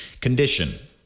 condition